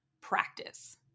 practice